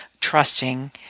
trusting